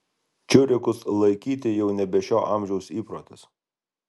čiurikus laikyti jau nebe šio amžiaus įprotis